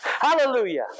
Hallelujah